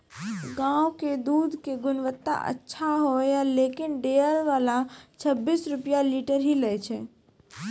गांव के दूध के गुणवत्ता अच्छा होय या लेकिन डेयरी वाला छब्बीस रुपिया लीटर ही लेय छै?